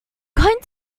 going